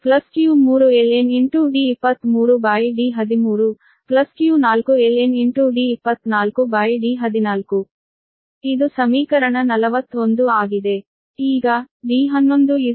ಈಗ ನೀವು ಇದನ್ನು ವಿಸ್ತರಿಸಿದರೆ ಅದು ಆಗುತ್ತದೆ V12 12π0q1ln D21D11 q2ln D22D12 q3ln D23D13 q4ln D24D14 ಇದು ಸಮೀಕರಣ 41 ಆಗಿದೆ